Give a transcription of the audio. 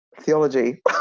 theology